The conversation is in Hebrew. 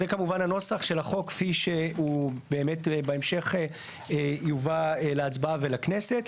זה כמובן הנוסח של החוק כפי שהוא באמת בהמשך יובא להצבעה ולכנסת.